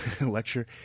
lecture